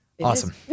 Awesome